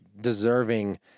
deserving